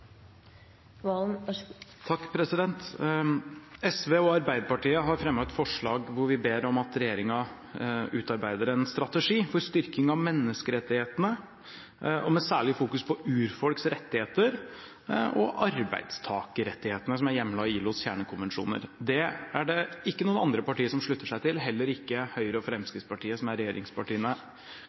SV og Arbeiderpartiet har fremmet et forslag hvor vi ber om at regjeringen utarbeider en strategi for styrking av menneskerettighetene med særlig fokus på urfolks rettigheter og arbeidstakerrettighetene som er hjemlet i ILOs kjernekonvensjoner. Det er det ikke noen andre partier som slutter seg til, heller ikke Høyre og Fremskrittspartiet, som er regjeringspartiene.